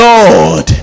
Lord